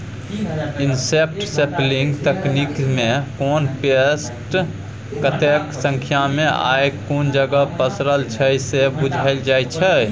insect sampling तकनीकमे कोन pest कतेक संख्यामे आ कुन जगह पसरल छै से बुझल जाइ छै